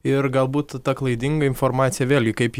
ir galbūt ta klaidinga informacija vėlgi kaip